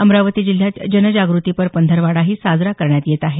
अमरावती जिल्ह्यात जनजागृतीपर पंधरवडाही साजरा करण्यात येत आहे